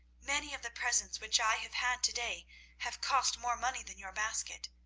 many of the presents which i have had to-day have cost more money than your basket,